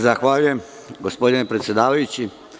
Zahvaljujem, gospodine predsedavajući.